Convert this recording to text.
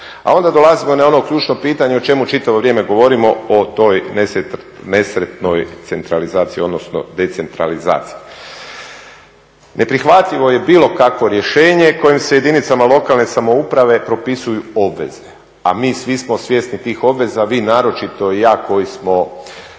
a onda dolazimo na ono ključno pitanje o čemu čitavo vrijeme govorimo o toj nesretnoj centralizaciji, odnosno decentralizaciji. Neprihvatljivo je bilo kakvo rješenje kojim se jedinicama lokalne samouprave propisuju obveze, a mi svi smo svjesni tih obveza, vi naročito i ja koji smo